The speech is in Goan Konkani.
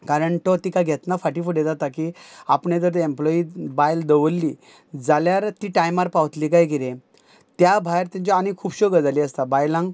कारण तो तिका घेतना फाटीं फुडें जाता की आपणें जर ती एम्प्लॉई बायल दवरली जाल्यार ती टायमार पावतली काय कितें त्या भायर तेंच्यो आनी खुबश्यो गजाली आसता बायलांक